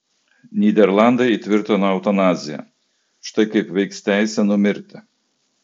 nyderlandai įtvirtino eutanaziją štai kaip veiks teisė numirti